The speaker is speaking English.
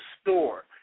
store